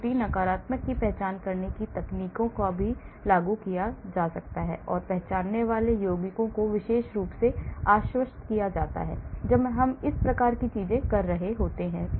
झूठी नकारात्मक की पहचान करने की तकनीकों को भी लागू किया जा सकता है और पहचाने जाने वाले यौगिकों को विशेष रूप से आश्वस्त किया जाता है जब हम इस प्रकार की चीजें कर रहे होते हैं